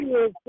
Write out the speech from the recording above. Yes